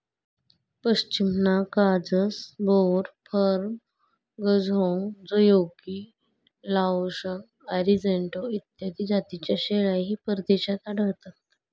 पश्मिना काजस, बोर, फर्म, गझहोंग, जयोगी, लाओशन, अरिजेंटो इत्यादी जातींच्या शेळ्याही परदेशात आढळतात